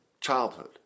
childhood